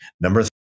number